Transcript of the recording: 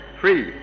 free